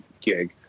gig